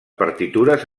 partitures